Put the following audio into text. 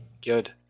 Good